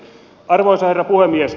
arvoisa herra puhemies